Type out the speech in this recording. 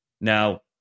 Now